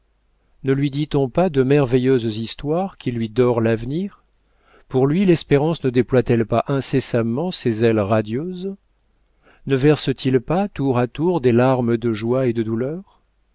ne lui dit-on pas de merveilleuses histoires qui lui dorent l'avenir pour lui l'espérance ne déploie t elle pas incessamment ses ailes radieuses ne verse t il pas tour à tour des larmes de joie et de douleur